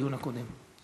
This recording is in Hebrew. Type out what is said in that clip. בדיון הקודם.